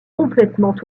complètement